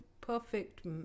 perfect